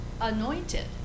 Anointed